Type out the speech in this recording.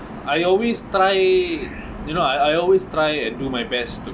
I always try you know I I always try and do my best to